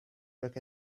look